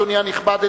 אדוני הנכבד,